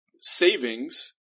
savings